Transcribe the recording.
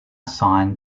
sign